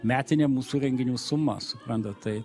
metinė mūsų renginių suma suprantat tai